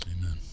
Amen